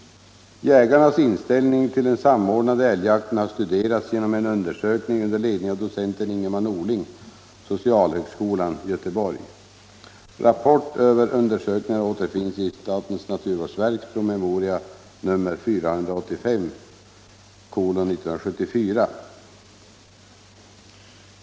Jägarnas inställning till den samordnade älgjakten har studerats genom en undersökning under ledning av docenten Ingemar Norling, socialhögskolan, Göteborg. Rapport över undersökningarna återfinns i SNV:s promemoria nr 485:1974.